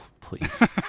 please